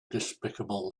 despicable